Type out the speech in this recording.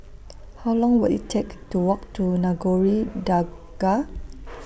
How Long Will IT Take to Walk to Nagore Dargah